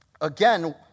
again